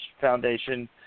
Foundation